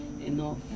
enough